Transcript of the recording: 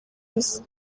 isi